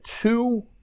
two